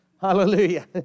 Hallelujah